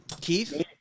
keith